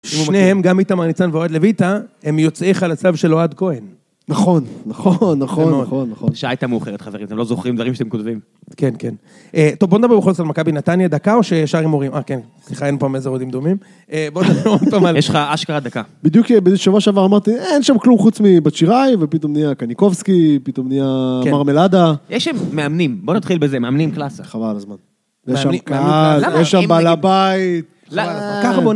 שניהם, גם איתמר ניצן ואוהד לויטא, הם יוצאי חלציו של אוהד כהן. נכון, נכון, נכון, נכון, נכון. שעה הייתה מאוחרת, חברים, אתם לא זוכרים דברים שאתם כותבים. כן, כן. טוב, בואו נדבר בקודם של מכבי נתניה דקה, או ששארי מורים? אה, כן, סליחה, אין פה מזרעותים דומים. בואו נדבר... יש לך אשכרה דקה. בדיוק כשבוע שעבר אמרתי, אין שם כלום חוץ מבת שיריי, ופתאום נהייה קניקובסקי, פתאום נהייה מרמלדה. יש שם מאמנים, בואו נתחיל בזה, מאמנים קלאסה. חבל הזמן. יש שם קהל, יש שם בעל הבית. ככה בואו נתחיל.